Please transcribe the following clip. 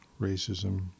racism